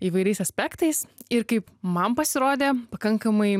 įvairiais aspektais ir kaip man pasirodė pakankamai